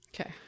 Okay